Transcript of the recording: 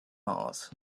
mars